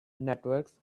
networks